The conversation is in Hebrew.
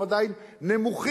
הם עדיין נמוכים,